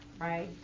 right